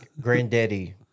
granddaddy